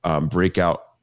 breakout